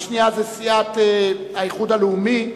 השנייה היא סיעת האיחוד הלאומי.